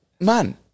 man